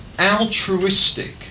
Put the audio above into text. altruistic